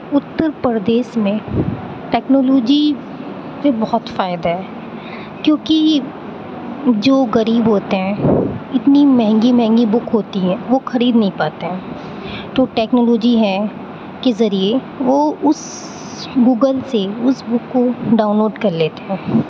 اُترپردیش میں ٹکنالوجی سے بہت فائدہ ہے کیونکہ جو غریب ہوتے ہیں اتنی مہنگی مہنگی بک ہوتی ہیں وہ خرید نہیں پاتے ہیں تو ٹیکنالوجی ہیں کے ذریعے وہ اُس گوگل سے اُس بک کو ڈاؤن لوڈ کر لیتے ہیں